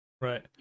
Right